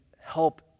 help